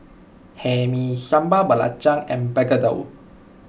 Hae Mee Sambal Belacan and Begedil